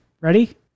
Ready